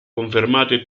confermate